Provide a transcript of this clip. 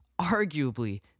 arguably